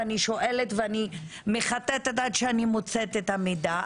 שואלת ומחטטת עד שאני מוצאת את המידע,